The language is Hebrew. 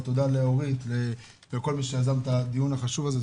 תודה לאורית ולכל מי שיזם את הדיון החשוב הזה.